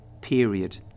Period